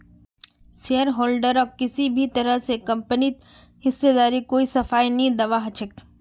शेयरहोल्डरक किसी भी तरह स कम्पनीत हिस्सेदारीर कोई सफाई नी दीबा ह छेक